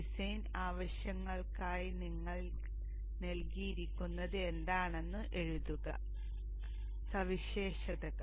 design ആവശ്യങ്ങൾക്കായി നിങ്ങൾക്ക് നൽകിയിരിക്കുന്നത് എന്താണെന്ന് എഴുതുക സവിശേഷതകൾ